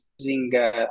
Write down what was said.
using